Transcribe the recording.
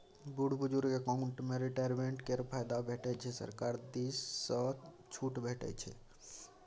बुढ़ बुजुर्ग अकाउंट मे रिटायरमेंट केर फायदा भेटै छै सरकार दिस सँ छुट भेटै छै